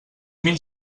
mil